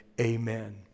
amen